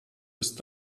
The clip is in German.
ist